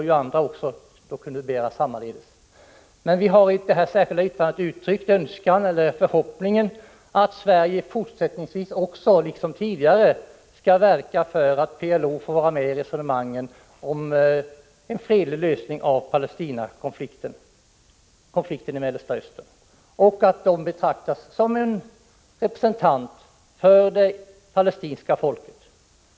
Jag har emellertid i mitt särskilda yttrande uttryckt förhoppningen att Sverige liksom tidigare skall verka för att PLO tas med i resonemangen om en fredlig lösning av konflikten i Mellersta Östern och att PLO betraktas som en representant för det palestinska folket.